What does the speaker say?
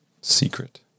Secret